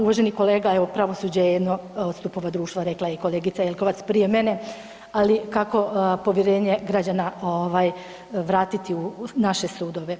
Uvaženi kolega evo pravosuđe je jedno od stupova društva rekla je i kolegica Jelkovac prije mene, ali kako mi kolega povjerenje građana ovaj vratiti u naše sudove?